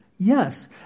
Yes